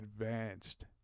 advanced